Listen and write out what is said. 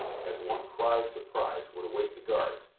as one cry of surprise would awake the guards,